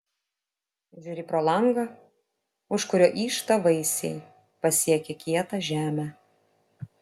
žiūri pro langą už kurio yžta vaisiai pasiekę kietą žemę